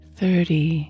thirty